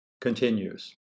Continues